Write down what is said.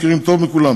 מכירים טוב מכולם